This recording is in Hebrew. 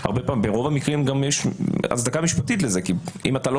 שברוב המקרים גם יש הצדקה משפטית לזה כי אם אתה לא